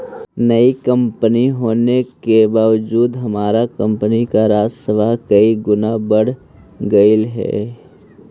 नई कंपनी होने के बावजूद हमार कंपनी का राजस्व कई गुना बढ़ गेलई हे